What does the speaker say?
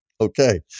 Okay